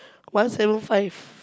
one seven five